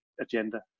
agenda